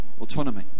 autonomy